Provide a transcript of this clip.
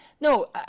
No